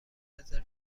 رزرو